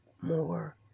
more